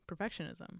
perfectionism